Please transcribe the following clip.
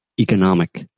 economic